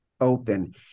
open